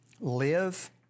live